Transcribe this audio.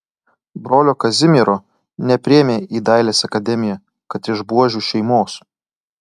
brolio kazimiero nepriėmė į dailės akademiją kad iš buožių šeimos